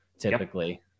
typically